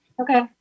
Okay